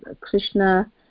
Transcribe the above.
Krishna